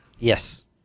yes